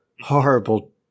horrible